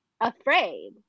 afraid